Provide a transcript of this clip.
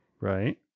Right